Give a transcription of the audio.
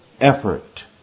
effort